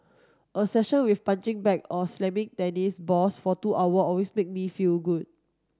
a session with punching bag or slamming tennis balls for two hour always make me feel good